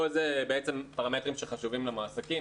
פה זה בעצם פרמטרים שחשובים למועסקים.